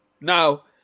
Now